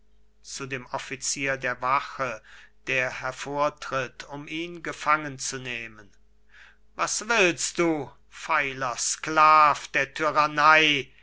zu dem offizier der wache der hervortritt um ihn gefangenzunehmen was willst du feiler sklav der tyrannei